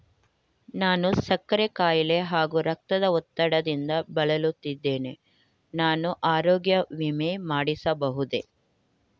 ನಾನು ಸಕ್ಕರೆ ಖಾಯಿಲೆ ಹಾಗೂ ರಕ್ತದ ಒತ್ತಡದಿಂದ ಬಳಲುತ್ತಿದ್ದೇನೆ ನಾನು ಆರೋಗ್ಯ ವಿಮೆ ಮಾಡಿಸಬಹುದೇ?